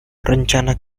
rencana